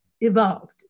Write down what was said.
evolved